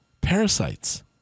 parasites